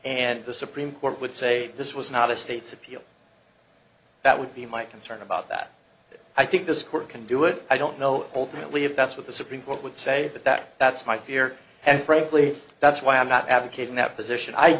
and the supreme court would say this was not a state's appeal that would be my concern about that i think this court can do it i don't know ultimately if that's what the supreme court would say but that that's my fear and frankly that's why i'm not advocating that position i